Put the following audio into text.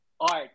art